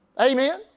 Amen